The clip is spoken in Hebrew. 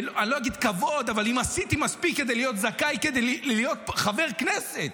אני לא אגיד "כבוד" אם עשיתי מספיק כדי להיות זכאי להיות חבר הכנסת,